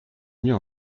mieux